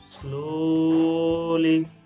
Slowly